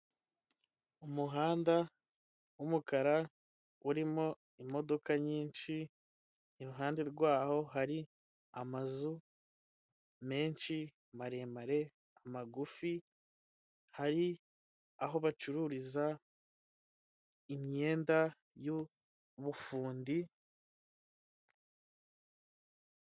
Umuhanda w'umukara urimo imodoka nyinshi iruhande rwaho hari amazu menshi, maremare, amagufi, hari aho bacururiza imyenda y'ubufundi.